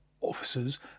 officers